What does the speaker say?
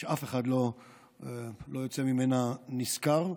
שאף אחד לא יוצא ממנה נשכר.